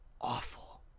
awful